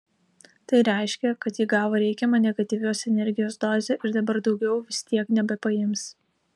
tai reiškia kad ji gavo reikiamą negatyvios energijos dozę ir dabar daugiau vis tiek nebepaims